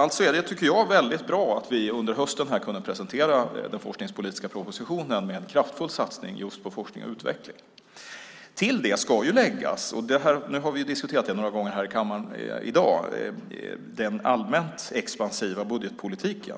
Alltså var det väldigt bra att vi under hösten kunde presentera den forskningspolitiska propositionen med en kraftfull satsning just på forskning och utveckling. Till detta ska läggas, vilket vi har diskuterat några gånger här i kammaren i dag, den allmänt expansiva budgetpolitiken.